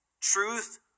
truth